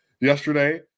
yesterday